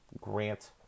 Grant